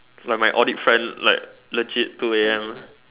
like my audit friend legit two A_M